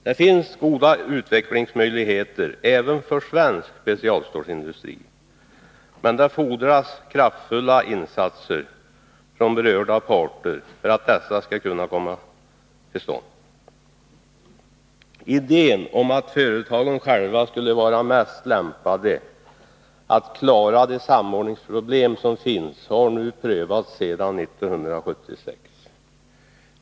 Det finns goda utvecklingsmöjligheter även för svensk specialstålsindustri, men det fordras kraftfulla insatser från berörda parter för att dessa skall kunna tas till vara. Idén om att företagen själva skulle vara mest lämpade att klara de samordningsproblem som finns har nu prövats sedan 1976.